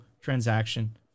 transaction